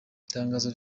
itangazo